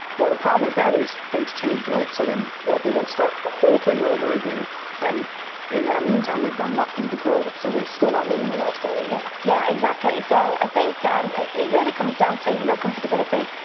well the problem with that is things change, right, so then, what, they gotta start the whole thing over again and in that meantime they've done nothing to grow it, so they're still not living the lifestyle they want. yeah, exactly, so i think um it it really comes down to so you know comfortability,